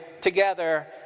together